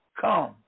come